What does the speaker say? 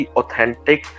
authentic